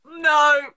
No